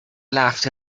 laughed